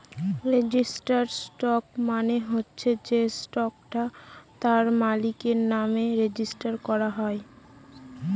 registered stock মানে হচ্ছে সে স্টকটা তার মালিকের নামে রেজিস্টার করা হয়